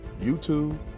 YouTube